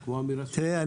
תראה,